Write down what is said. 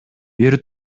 бир